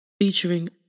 featuring